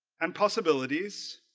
and possibilities